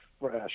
fresh